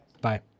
Bye